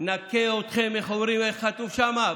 נכה אתכם, איך אומרים, איך כתוב שם,